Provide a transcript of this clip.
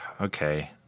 okay